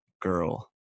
girl